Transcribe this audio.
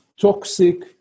toxic